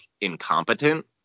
incompetent